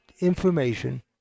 information